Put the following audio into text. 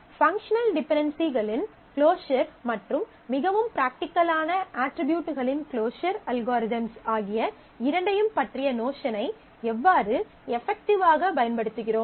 functional டிபென்டென்சிகளின் closure மற்றும் மிகவும் ப்ராக்டிக்கல்லான அட்ரிபியூட்களின் க்ளோஸர் அல்காரிதம்ஸ் ஆகிய இரண்டையும் பற்றிய நோஷனை எவ்வாறு எபக்ட்டிவாக பயன்படுத்துகிறோம்